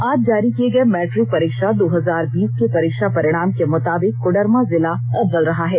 आज जारी किए गए मैट्रिक परीक्षा दो हजार बीस के परीक्षा परिणाम के मुताबिक कोडरमा जिला अव्वल रहा है